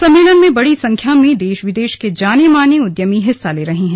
सम्मेलन में बड़ी संख्या में देश विदेश के जाने माने उद्यमी हिस्सा ले रहे हैं